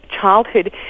childhood